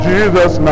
Jesus